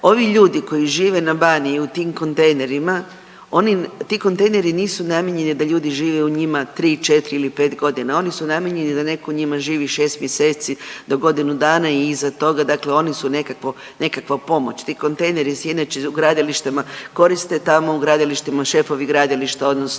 ovi ljudi koji žive na Baniji i u tim kontejnerima, oni, ti kontejneri nisu namijenjeni da ljudi žive u njima 3, 4 ili 5 godina. Oni su namijenjeni da netko u njima živi 6 mjeseci do godinu dana i iza toga dakle oni su nekakva pomoć. Ti kontejneri se inače u gradilištima koriste, tamo u gradilištima, šefovi gradilišta odnosno